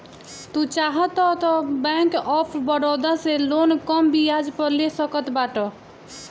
तू चाहअ तअ बैंक ऑफ़ बड़ोदा से लोन कम बियाज पअ ले सकत बाटअ